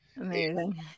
Amazing